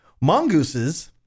Mongooses